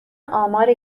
آمار